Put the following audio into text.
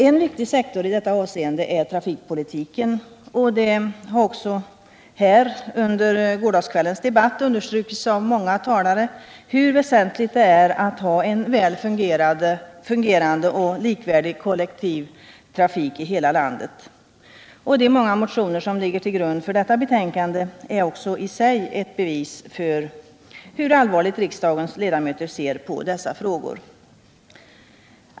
En viktig sektor i detta avseende är trafikpolitiken, och det har också här under gårdagskvällens debatt understrukits av många talare hur väsentligt det är att ha en väl fungerande och likvärdig kollektivtrafik i hela landet. De många motioner som ligger till grund för detta betänkande är också i sig ett bevis för hur allvarligt riksdagens ledamöter ser på dessa frågor.